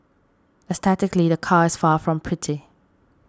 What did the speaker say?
aesthetically the car is far from pretty